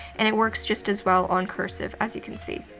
and it works just as well on cursive, as you can see.